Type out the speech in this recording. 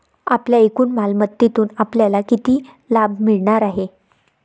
आपल्या एकूण मालमत्तेतून आपल्याला किती लाभ मिळणार आहे?